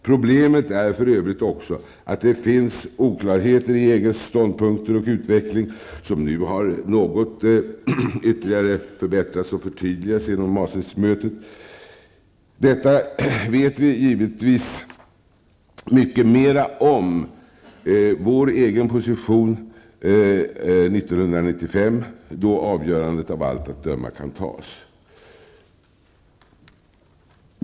Problemet är för övrigt också att det finns oklarheter i EGs ståndpunkter och utveckling. Men genom Maastrichtmötet har det blivit en viss förbättring och ett förtydligande. Om vår egen position vet vi givetvis mycket mera 1995, då ett avgörande av allt att döma kan träffas.